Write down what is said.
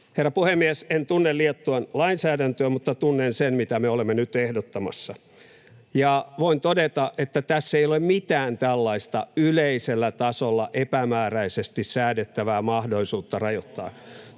Herra puhemies! En tunne Liettuan lainsäädäntöä, mutta tunnen sen, mitä me olemme nyt ehdottamassa. Ja voin todeta, että tässä ei ole mitään tällaista yleisellä tasolla epämääräisesti säädettävää mahdollisuutta rajoittaa.